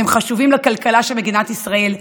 אתם חשובים לכלכלה של מדינת ישראל,